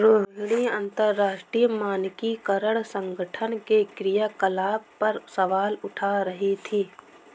रोहिणी अंतरराष्ट्रीय मानकीकरण संगठन के क्रियाकलाप पर सवाल उठा रही थी